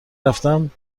رفتم